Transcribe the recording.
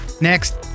Next